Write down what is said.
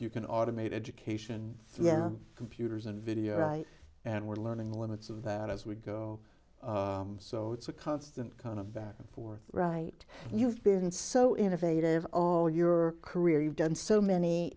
you can automate education through our computers and video right and we're learning the limits of that as we go so it's a constant kind of back and forth right and you've been so innovative all your career you've done so many